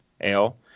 ale